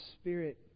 Spirit